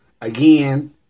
Again